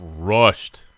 crushed